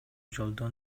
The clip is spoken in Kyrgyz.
жолдо